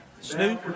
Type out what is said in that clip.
Snoop